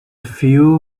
few